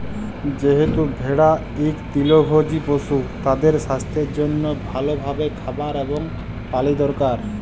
যেহেতু ভেড়া ইক তৃলভজী পশু, তাদের সাস্থের জনহে ভাল ভাবে খাবার এবং পালি দরকার